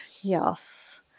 Yes